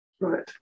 Right